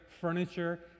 furniture